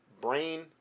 brain